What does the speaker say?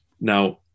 now